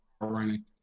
running